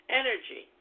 energy